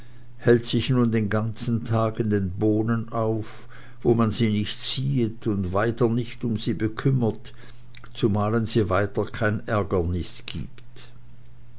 hält sich nun den ganzen tag in den bohnen auf wo man sie nicht siehet und weiter nicht um sie bekümbert zumalen sie weiter kein ärgernuß giebet